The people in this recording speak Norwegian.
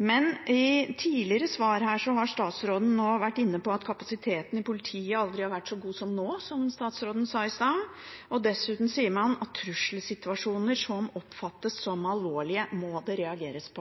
I tidligere svar nå har statsråden vært inne på at kapasiteten i politiet aldri har vært så god som nå – som statsråden sa i stad – og dessuten sier man at trusselsituasjoner som oppfattes som alvorlige, må det reageres